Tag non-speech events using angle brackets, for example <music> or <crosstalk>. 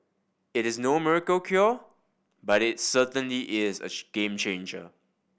it is no miracle cure but it's certainly is a <unintelligible> game changer